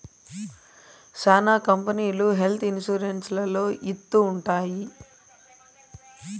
శ్యానా కంపెనీలు health insurance లలో ఇత్తూ ఉంటాయి